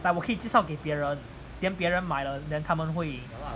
like 我可以介绍给别人 then 别人买了 then 他们会